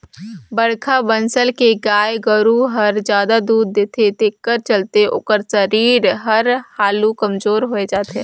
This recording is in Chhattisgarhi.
बड़खा बनसल के गाय गोरु हर जादा दूद देथे तेखर चलते ओखर सरीर हर हालु कमजोर होय जाथे